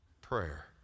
prayer